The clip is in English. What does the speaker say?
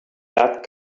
that